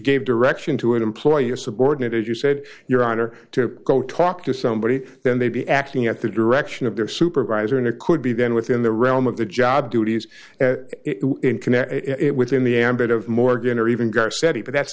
gave direction to an employer subordinate as you said your honor to go talk to somebody then they'd be acting at the direction of their supervisor and it could be then within the realm of the job duties it within the ambit of morgan or even gar said he but that's